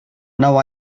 now